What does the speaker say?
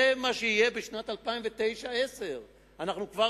זה מה שיהיה בשנים 2009 2010. אנחנו כבר